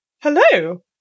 Hello